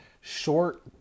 short